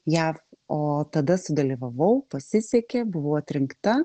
jav o tada sudalyvavau pasisekė buvau atrinkta